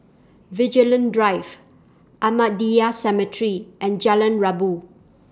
Vigilante Drive Ahmadiyya Cemetery and Jalan Rabu